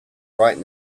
right